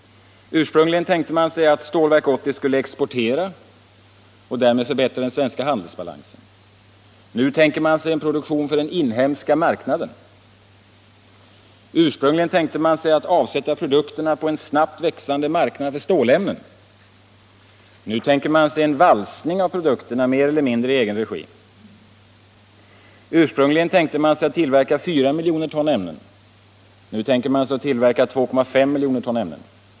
Ursprungligen tänkte man sig att Stålverk 80 skulle exportera och därmed förbättra den svenska handelsbalansen. Nu tänker man sig produktion för den inhemska marknaden. Ursprungligen tänkte man sig att avsätta produkterna på en snabbt växande marknad för stålämnen. Nu tänker man sig en valsning av produkterna mer eller mindre i egen regi. Ursprungligen tänkte man sig att tillverka 4 miljoner ton ämnen. Nu tänker man sig att tillverka 2,5 miljoner ton.